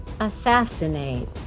assassinate